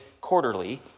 quarterly